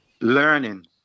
learning